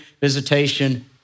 visitation